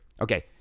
Okay